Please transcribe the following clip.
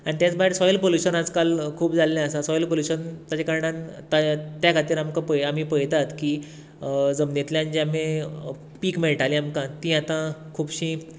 आनी त्याच भायर सॉयल पोल्यूशन आयज काल खूब जाल्लें आसा सॉयल पोल्यूशन ताच्या कारणान त्या खातीर आमी पळयतात की जमनींतल्यान जे आमी पीक मेळटालें आमकां ती आतां खुबशीं